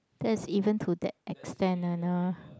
that's even to that extent